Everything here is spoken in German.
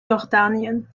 jordanien